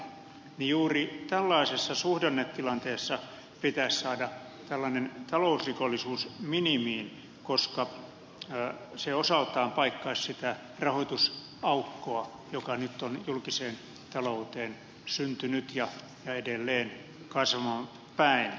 juuri tällaisessa suhdannetilanteessa pitäisi saada talousrikollisuus minimiin koska se osaltaan paikkaisi rahoitusaukkoa joka nyt on julkiseen talouteen syntynyt ja on edelleen kasvamaan päin